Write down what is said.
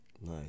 Nice